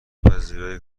پذیرایی